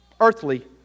Earthly